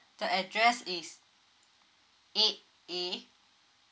the address is eight A